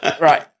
Right